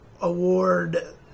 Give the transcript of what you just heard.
award